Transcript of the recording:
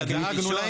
אלא דאגנו להם,